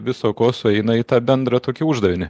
viso ko sueina į tą bendrą tokį uždavinį